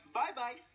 bye-bye